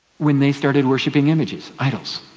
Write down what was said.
when they started worshiping images, idols?